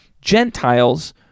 Gentiles